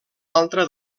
altre